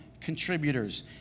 contributors